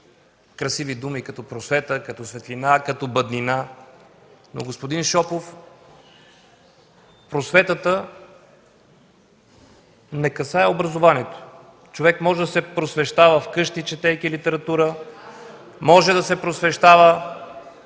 красиви думи като просвета, като светлина, като бъднина, но, господин Шопов, просветата не касае образованието. Човек може да се просвещава вкъщи, четейки литература, може да се просвещава,